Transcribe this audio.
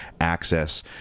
access